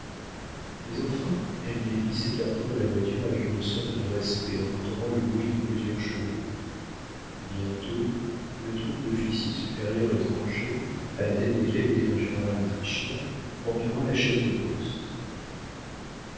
mais enfin elle les vit s'écartant de la voiture avec une sorte de respect en entendant le bruit de plusieurs chevaux bientôt une troupe d'officiers supérieurs étrangers à la tête desquels était un général autrichien entoura la chaise de poste